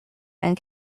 and